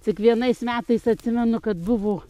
cik vienais metais atsimenu kad buvo